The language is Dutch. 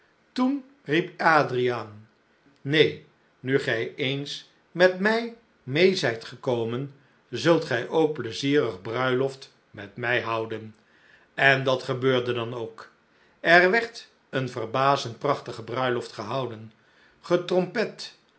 riep adriaan neen nu gij eens met mij meê zijt gekomen zult gij ook pleizierig bruiloft met mij houden en dat gebeurde dan ook er werd een verbazend prachtige bruiloft gehouden getrompet